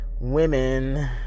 women